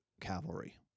cavalry